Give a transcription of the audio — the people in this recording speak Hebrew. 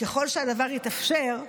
ככל שהדבר יתאפשר,